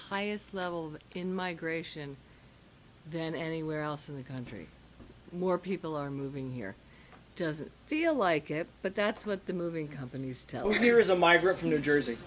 highest level in migration then anywhere else in the country more people are moving here does it feel like it but that's what the moving companies tell you here is a migrant from new jersey